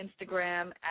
Instagram